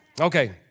Okay